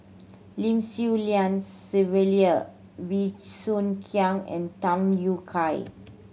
Lim Swee Lian Sylvia Bey Soo Khiang and Tham Yui Kai